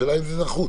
השאלה אם זה נחוץ.